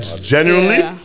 Genuinely